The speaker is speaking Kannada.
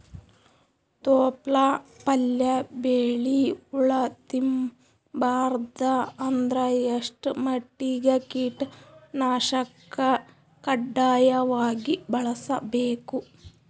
ತೊಪ್ಲ ಪಲ್ಯ ಬೆಳಿ ಹುಳ ತಿಂಬಾರದ ಅಂದ್ರ ಎಷ್ಟ ಮಟ್ಟಿಗ ಕೀಟನಾಶಕ ಕಡ್ಡಾಯವಾಗಿ ಬಳಸಬೇಕು?